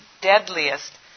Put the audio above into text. deadliest